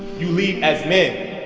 you leave as men